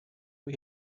kui